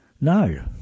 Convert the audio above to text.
No